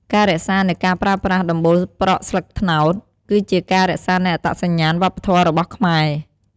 ការរក្សានូវការប្រើប្រាស់ដំបូលប្រក់ស្លឹកត្នោត គឺជាការរក្សានូវអត្តសញ្ញាណវប្បធម៌របស់ខ្មែរ។